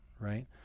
right